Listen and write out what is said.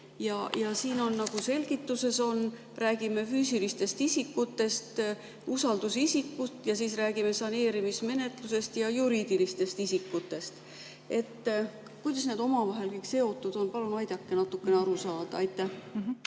Ja siin selgituses räägitakse füüsilistest isikutest ja usaldusisikust, ja veel räägitakse saneerimismenetlusest ja juriidilistest isikutest. Kuidas need omavahel kõik seotud on? Palun aidake natukene aru saada. Aitäh,